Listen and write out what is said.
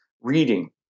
reading